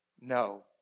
No